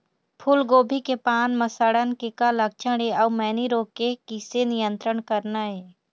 फूलगोभी के पान म सड़न के का लक्षण ये अऊ मैनी रोग के किसे नियंत्रण करना ये?